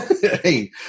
Hey